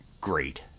great